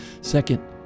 Second